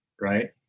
right